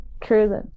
cruising